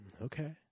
Okay